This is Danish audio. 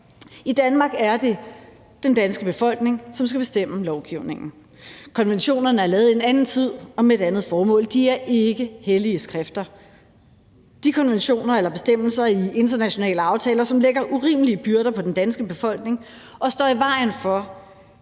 I Danmark er det den danske befolkning, som skal bestemme lovgivningen. Konventionerne er lavet i en anden tid og med et andet formål, og de er ikke hellige skrifter. De konventioner eller bestemmelser i internationale aftaler, som lægger urimelige byrder på den danske befolkning, og som står i vejen for